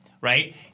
Right